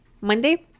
Monday